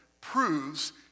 proves